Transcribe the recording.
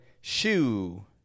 shoe